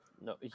No